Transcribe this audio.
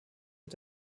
mit